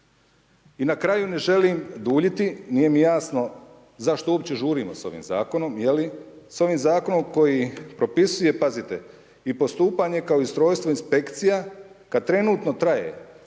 I na kraju ne želim duljiti, nije mi jasno zašto uopće žurimo s ovim zakonom, s ovim zakonom koji propisuje i postupanje kao i ustrojstvo inspekcija kad trenutno traje